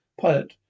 Pilot